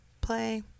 play